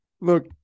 Look